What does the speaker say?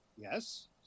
Yes